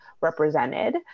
represented